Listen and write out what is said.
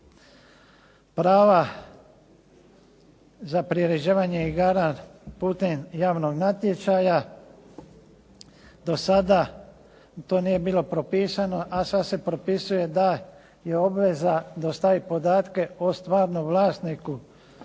prava za priređivanje igara putem javnog natječaja do sada to nije bilo propisano, a sad se propisuje da je obveza dostaviti podatke o stvarnom vlasniku